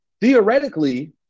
theoretically –